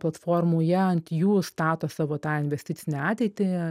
platformų jie ant jų stato savo tą investicinę ateitį